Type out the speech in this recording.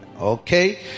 okay